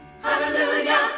hallelujah